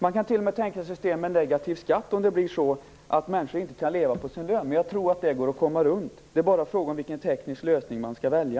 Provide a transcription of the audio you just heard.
Man kan t.o.m. tänka sig system med negativ skatt om människor inte kan leva på sin lön. Men jag tror att det går att komma runt. Det är bara fråga om vilken teknisk lösning man skall välja.